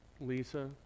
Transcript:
Lisa